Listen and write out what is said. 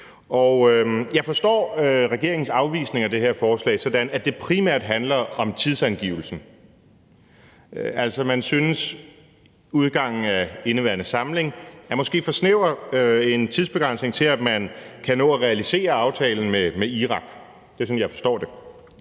Jeg forstår regeringens afvisning af det her forslag sådan, at det primært handler om tidsangivelsen. Man synes altså, at udgangen af indeværende samling måske er for snæver en tidsbegrænsning til, at man kan nå at realisere aftalen med Irak – det er sådan, jeg forstår det,